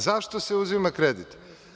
Zašto se uzima kredit?